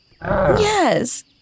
Yes